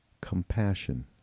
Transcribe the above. compassion